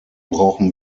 brauchen